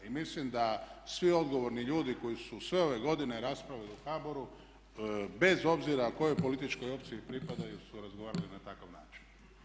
I mislim da svi odgovorni ljudi koji su sve ove godine raspravljali u HBOR-u bez obzira kojoj političkoj opciji pripadaju su razgovarali na takav način.